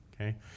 Okay